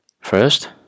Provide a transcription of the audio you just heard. First